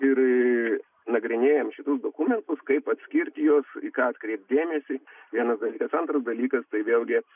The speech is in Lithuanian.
ir nagrinėjom šituos dokumentus kaip atskirti juos į ką atkreipti dėmesį vienas dalykas antras dalykas tai vėlgi